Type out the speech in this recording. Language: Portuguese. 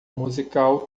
musical